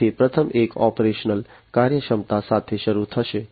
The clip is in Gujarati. તેથી પ્રથમ એક ઓપરેશનલ કાર્યક્ષમતા સાથે શરૂ થશે